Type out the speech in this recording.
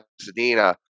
Pasadena